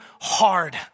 hard